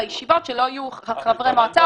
בישיבות שלא יהיו חברי מועצה,